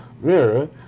mirror